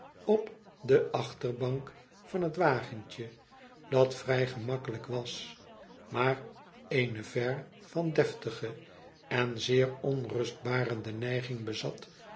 op de achterbank van het wagentje dat vrij gemakkelijk was maar eene ver van deftige en zeer onrustbarende neiging bezat